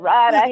Right